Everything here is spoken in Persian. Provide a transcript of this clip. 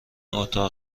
اتاق